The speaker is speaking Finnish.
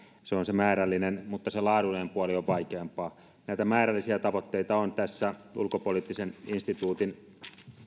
se on se määrällinen mutta se laadullinen puoli on vaikeampaa näitä määrällisiä tavoitteita on tässä ulkopoliittisen instituutin